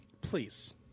please